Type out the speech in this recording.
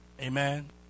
Amen